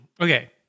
okay